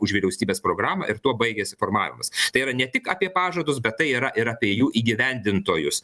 už vyriausybės programą ir tuo baigiasi formavimas tai yra ne tik apie pažadus bet tai yra ir apie jų įgyvendintojus